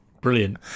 Brilliant